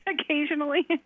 occasionally